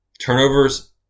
turnovers